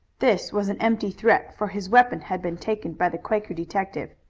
this was an empty threat, for his weapon had been taken by the quaker detective.